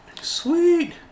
sweet